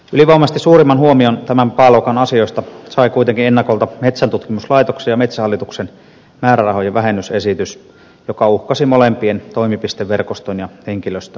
ylivoimaisesti suurimman huomion tämän pääluokan asioista sai kuitenkin ennakolta metsäntutkimuslaitoksen ja metsähallituksen määrärahojen vähennysesitys joka uhkasi molempien toimipisteverkoston ja henkilöstön tulevaisuutta